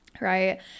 Right